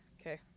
Okay